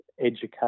education